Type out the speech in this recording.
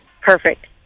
Perfect